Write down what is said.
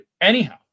anyhow